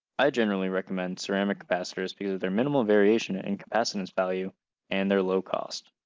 i generally recommend ceramic capacitors because of their minimal variation ah and capacitance value and their low cost.